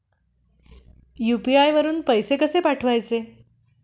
UPI वरून पैसे कसे पाठवायचे?